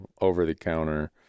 over-the-counter